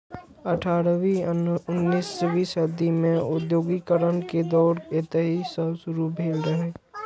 अठारहवीं उन्नसवीं सदी मे औद्योगिकीकरण के दौर एतहि सं शुरू भेल रहै